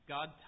God